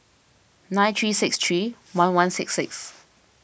nine three six three one one six six